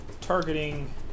Targeting